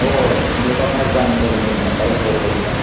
ஓ உங்க பக்கம் இருக்காங்க தெரிஞ்சவங்க டைல்ஸ் ஓட்டுறவங்க